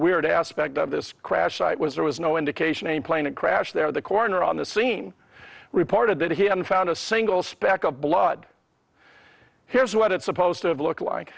weird aspect of this crash site was there was no indication a plane had crashed there the corner on the scene reported that he hadn't found a single speck of blood here's what it's supposed to have looked like